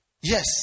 yes